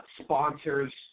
sponsors